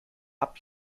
habt